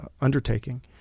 undertaking